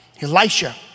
Elisha